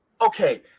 okay